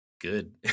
good